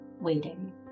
waiting